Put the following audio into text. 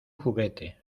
juguete